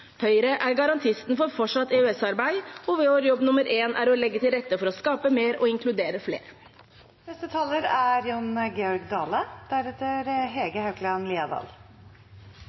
Høyre er garantisten for fortsatt EØS-arbeid, og vår jobb nummer én er å legge til rette for å skape mer og inkludere flere. Bestefaren min har lært heile slekta at han er